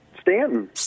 Stanton